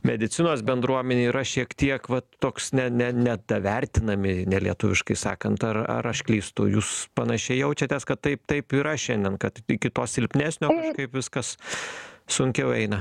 medicinos bendruomenėj yra šiek tiek va toks ne ne nedavertinami nelietuviškai sakant ar ar aš klystu jūs panašiai jaučiatės kad taip taip yra šiandien kad iki to silpnesnio taip viskas sunkiau eina